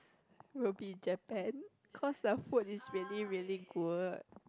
will be Japan cause the food is really really good